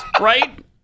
right